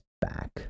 back